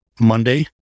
Monday